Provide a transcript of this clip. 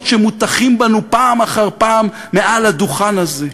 שמוטחים בנו פעם אחר פעם מעל הדוכן הזה.